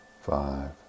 five